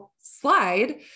slide